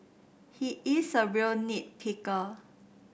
he is a real nit picker